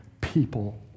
People